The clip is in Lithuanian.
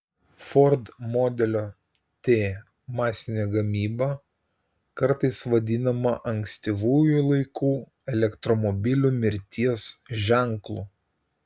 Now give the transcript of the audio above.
ford modelio t masinė gamyba kartais vadinama ankstyvųjų laikų elektromobilių mirties ženklu